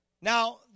Now